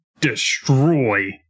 destroy